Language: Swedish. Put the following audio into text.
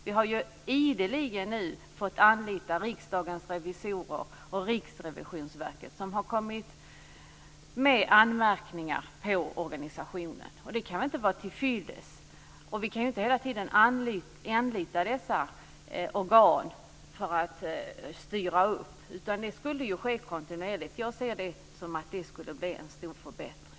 Vi har ju ideligen fått anlita Riksdagens revisorer och Riksrevisionsverket, som har kommit med anmärkningar på organisationen. Detta kan inte vara tillfyllest. Vi kan inte hela tiden anlita dessa organ för att styra upp det hela, utan det borde ske ett kontinuerligt tillsynsarbete. Därigenom skulle det ske en stor förbättring.